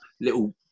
little